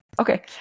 Okay